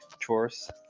chores